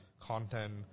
content